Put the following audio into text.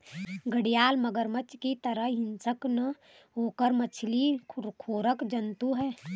घड़ियाल मगरमच्छ की तरह हिंसक न होकर मछली खोर जंतु है